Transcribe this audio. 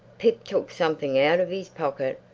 pip took something out of his pocket,